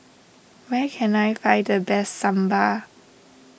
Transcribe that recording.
where can I find the best Sambar